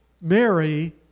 mary